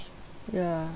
ya